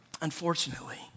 unfortunately